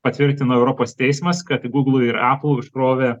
patvirtino europos teismas kad gūglui ir aplui užkrovė